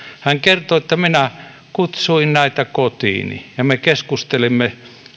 hän kertoi että minä kutsuin näitä kotiini ja me keskustelimme